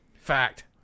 Fact